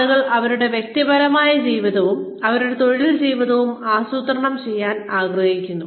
ആളുകൾ അവരുടെ വ്യക്തിപരമായ ജീവിതവും അവരുടെ തൊഴിൽ ജീവിതവും ആസൂത്രണം ചെയ്യാൻ ആഗ്രഹിക്കുന്നു